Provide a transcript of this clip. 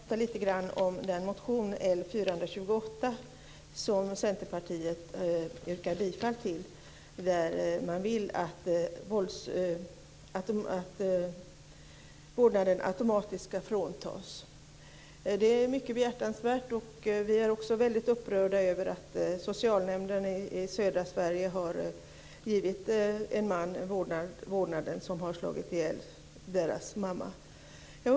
Fru talman! Jag skulle gärna vilja prata lite grann om motion L428 som Centerpartiet har yrkat bifall till. Man vill att vårdnaden ska fråntas automatiskt. Det är mycket behjärtansvärt. Vi är också mycket upprörda över att en socialnämnd i södra Sverige har givit en man som har slagit ihjäl barnens mor vårdnaden.